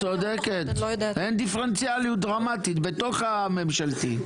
את צודקת, אין דיפרנציאליות דרמטית בתוך הממשלתי.